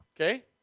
Okay